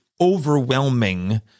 overwhelming